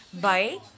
Bye